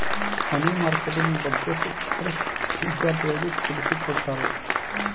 ಮನಿ marketing ಬಗ್ಗೆ ಶಿಕ್ಷಕರು ವಿದ್ಯಾರ್ಥಿಗಳಿಗೆ ತಿಳಿಸಿಕೊಟ್ಟರು